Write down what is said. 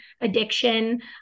addiction